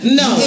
no